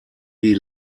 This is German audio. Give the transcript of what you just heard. die